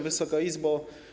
Wysoka Izbo!